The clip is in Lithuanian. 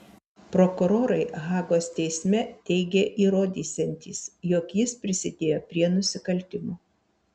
prokurorai hagos teisme teigė įrodysiantys jog jis prisidėjo prie nusikaltimų